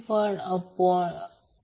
707 कोन 45° आहे परंतु ω ω1 वर XC XL R आहे